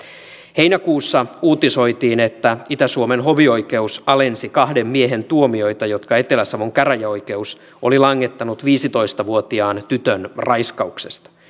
heinäkuussa uutisoitiin että itä suomen hovioikeus alensi kahden miehen tuomioita jotka etelä savon käräjäoikeus oli langettanut viisitoista vuotiaan tytön raiskauksesta